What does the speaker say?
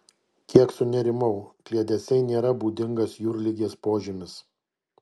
kiek sunerimau kliedesiai nėra būdingas jūrligės požymis